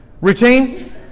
Routine